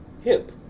hip